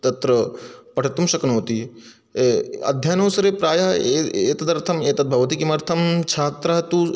तत्र पठितुं शक्नोति अध्ययनावसरे प्रायः ए एतदर्थं एतत् भवति किमर्थं छात्रः तु